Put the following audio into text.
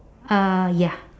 uh ya